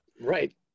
right